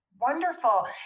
wonderful